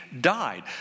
died